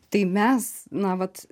tai mes na vat